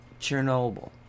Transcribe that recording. Chernobyl